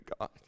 God